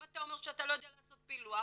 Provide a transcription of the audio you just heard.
אם אתה אומר שאתה לא יודע לעשות פילוח,